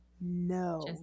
no